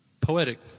poetic